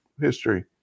history